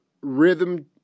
rhythm